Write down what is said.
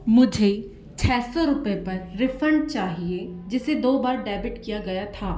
मुझे छह सौ रुपये पर रिफ़ंड चाहिए जिसे दो बार डेबिट किया गया था